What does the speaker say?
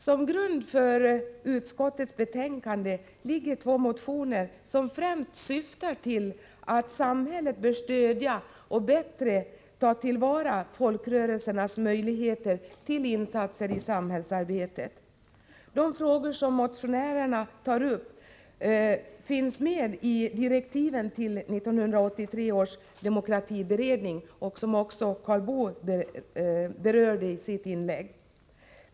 Som grund för utskottets betänkande ligger två motioner, som främst syftar till att samhället bör stödja och bättre ta till vara folkrörelsernas möjligheter till insatser i samhällsarbetet. De frågor som motionärerna tar upp finns med i direktiven till 1983 års demokratiberedning, som också Karl Boo berörde i sitt inlägg.